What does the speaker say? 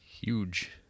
Huge